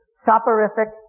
soporific